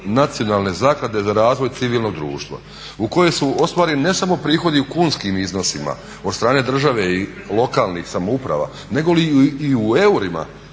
Nacionalne zaklade za razvoj civilnog društva u kojoj su ostvareni ne samo prihodi u kunskim iznosima od strane države i lokalnih samouprava negoli i u eurima,